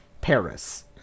paris